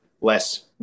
less